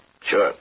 Sure